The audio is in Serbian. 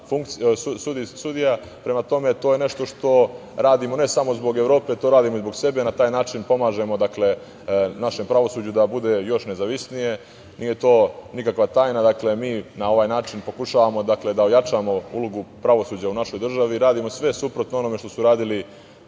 to je nešto što radimo ne samo zbog Evrope, to radimo i zbog sebe. Na taj način pomažemo našem pravosuđu da bude još nezavisnije. Nije to nikakva tajna. Dakle, mi na ovakav način pokušavamo da ojačamo ulogu pravosuđa u našoj državi. Radimo sve suprotno onome što su radili